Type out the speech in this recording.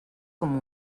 com